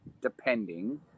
depending